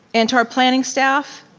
and to our planning staff,